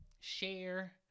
share